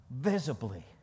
Visibly